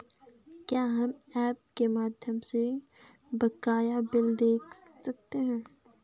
क्या हम ऐप के माध्यम से बकाया बिल देख सकते हैं?